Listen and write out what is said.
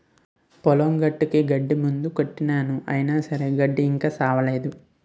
పొలం గట్టుకి గడ్డి మందు కొట్టినాను అయిన సరే గడ్డి ఇంకా సవ్వనేదు